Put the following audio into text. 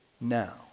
now